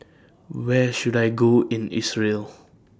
Where should I Go in Israel